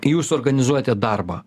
jūs organizuojate darbą